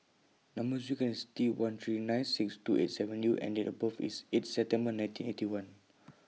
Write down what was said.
Number sequence IS T one three nine six two eight seven U and Date of birth IS eight September nineteen Eighty One